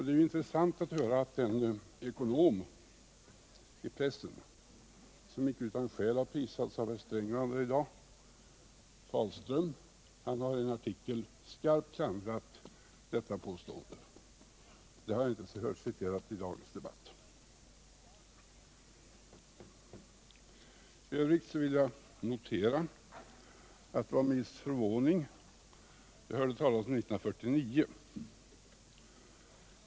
Det är intressant att höra att den ekonom som icke utan skäl har prisats av herr Sträng och andra i dag, Fahlström, i en artikel har skarpt klandrat detta påstående. Men den artikeln har jag inte hört citeras i dagens debatt. I övrigt vill jag notera att det var med viss förvåning jag hörde talas om 1949.